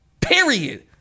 Period